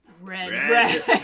red